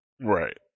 Right